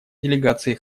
делегации